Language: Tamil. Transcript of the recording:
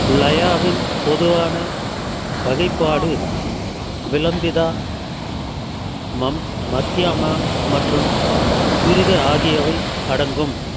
லயாவின் பொதுவான வகைப்பாடு விலம்பிதா மத்யமா மற்றும் துரித ஆகியவை அடங்கும்